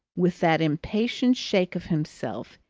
with that impatient shake of himself,